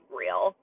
real